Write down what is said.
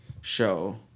show